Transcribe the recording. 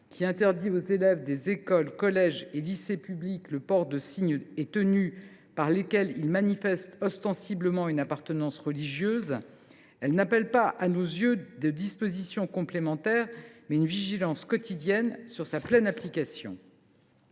qui interdit aux élèves des écoles, collèges et lycées publics le port de signes et tenues par lesquels ils manifestent ostensiblement une appartenance religieuse, elles n’appellent pas à nos yeux de dispositions complémentaires, mais exigent une vigilance quotidienne sur leur pleine application.